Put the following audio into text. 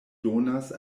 donas